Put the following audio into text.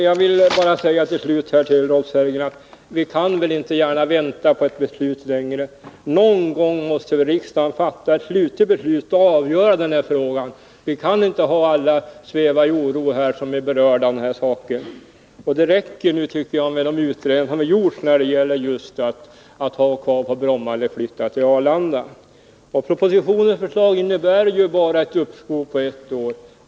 Jag vill till slut bara säga till Rolf Sellgren att vi kan väl inte gärna vänta Nr 53 med ett beslut längre. Någon gång måste väl riksdagen fatta ett slutgiltigt beslut och avgöra denna fråga. Vi kan inte ha alla som är berörda svävande i oro. Det räcker, tycker jag, med alla de utredningar som har gjorts när det gäller frågan om inrikesflyget skall vara kvar på Bromma eller flytta till Arlanda. Propositionens förslag innebär bara ett uppskov på ett år.